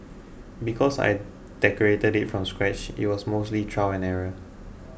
because I decorated it from scratch it was mostly trial and error